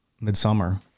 midsummer